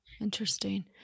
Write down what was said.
Interesting